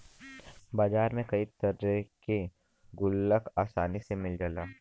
बाजार में कई तरे के गुल्लक आसानी से मिल जाला